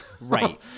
Right